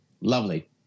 lovely